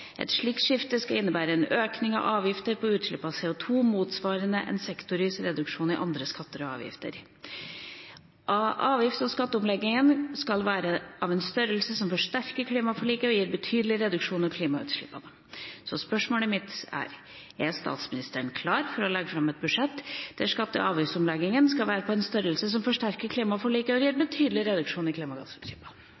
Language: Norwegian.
Et slikt skift skal innebære en økning av avgifter på utslipp av CO2, motsvart av en sektorvis reduksjon av andre skatter og avgifter. Avgifts- og skatteomleggingen skal være av en størrelse som forsterker klimaforliket og gir betydelig reduksjoner i klimautslippene.» Så spørsmålet mitt er: Er statsministeren klar for å legge fram et budsjett der skatte- og avgiftsomlegginga skal være av en størrelse som forsterker klimaforliket og gir en